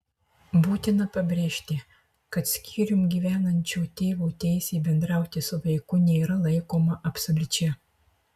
būtina pabrėžti kad skyrium gyvenančio tėvo teisė bendrauti su vaiku nėra laikoma absoliučia